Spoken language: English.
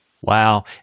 Wow